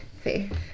faith